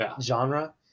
genre